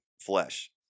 flesh